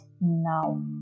now